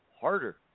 harder